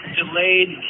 delayed